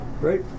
Great